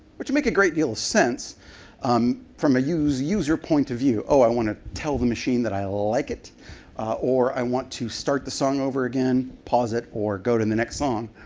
which make a great deal of sense um from a user point of view. oh, i want to tell the machine that i like it or i want to start the song over again, pause it, or go to the next song.